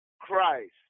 christ